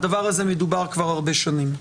והדבר הזה מדובר כבר הרבה שנים.